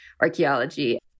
archaeology